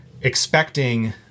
expecting